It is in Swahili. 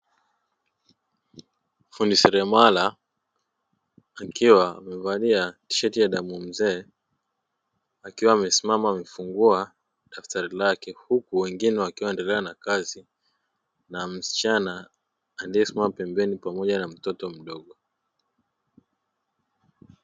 Fundi seremala akiwa amevalia shati ya damu ya mzee, akiwa amesimama amefungua daftari lake kubwa wngine wakiwa wanaendelea na kazi na msichana aliyesimama pembeni pamoja na mtoto mdogo.